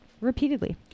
Repeatedly